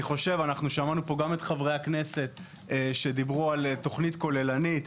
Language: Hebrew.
שמענו פה גם את חברי הכנסת שדיברו על תוכנית כוללנית,